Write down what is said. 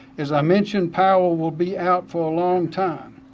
as i mentioned, power will be out for a long time.